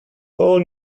whole